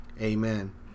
amen